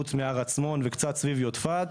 חוץ מהר עצמון וקצת סביב יודפת,